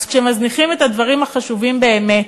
אז כשמזניחים את הדברים החשובים באמת,